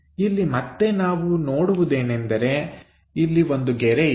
ಇಲ್ಲಿ ಮತ್ತೆ ನಾವು ನೋಡುವುದೇನೆಂದರೆ ಇಲ್ಲಿ ಒಂದು ಗೆರೆ ಇದೆ